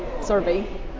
survey